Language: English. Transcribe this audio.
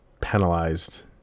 penalized